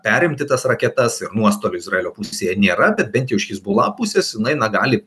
perimti tas raketas ir nuostolių izraelio pusėje nėra bet bent jau iš hezbollah pusės na jinai gali